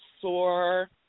sore